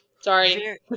Sorry